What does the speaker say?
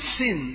sin